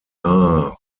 are